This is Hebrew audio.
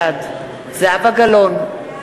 בעד זהבה גלאון,